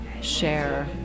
share